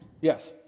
Yes